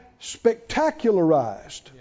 spectacularized